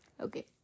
Okay